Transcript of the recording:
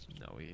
No